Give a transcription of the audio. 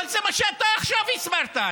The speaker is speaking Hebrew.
אבל זה מה שאתה עכשיו הסברת.